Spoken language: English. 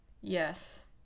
Yes